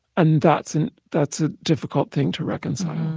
and that's and that's a difficult thing to reconcile.